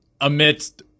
amidst